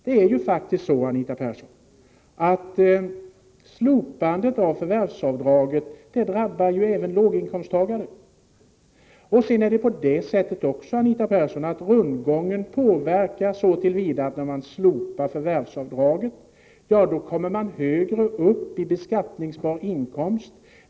Det är faktiskt så, Anita Persson, att slopandet av förvärvsavdraget drabbar även låginkomsttagare. Det är också på det sättet, Anita Persson, att rundgången påverkas så till vida att när förvärvsavdraget slopas kommer man högre uppi beskattningsbar inkomst.